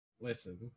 Listen